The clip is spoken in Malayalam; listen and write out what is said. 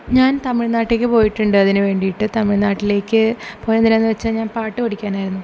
ഞാൻ തമിഴ്നാട്ടിലേക്ക് പോയിട്ടൂണ്ട് അതിന് വേണ്ടിയിട്ട് തമിഴ്നാട്ടിലേക്ക് പോയതെന്തിനാണെന്ന് വച്ചാൽ ഞാൻ പാട്ട് പഠിക്കാൻ ആയിരുന്നു